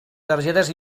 targetes